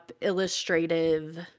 illustrative